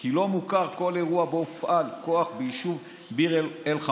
כי לא מוכר כל אירוע שבו הופעל כוח ביישוב ביר אל-חמאם.